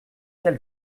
quel